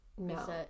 No